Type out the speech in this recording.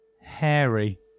hairy